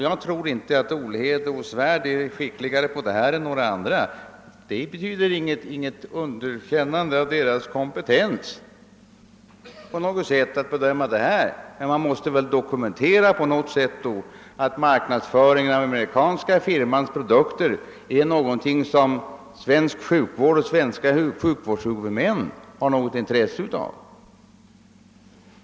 Jag tror inte att herrar Olhede och Svärd är skickligare på detta område än några andra. Det betyder inte något underkännande av deras kompetens att bedöma olika frågor. Men man måste väl på något sätt dokumentera, att marknadsföringen av den amerikanska firmans produkter är någonting som svensk sjukvård och svenska sjukvårdshuvudmän har något intresse av.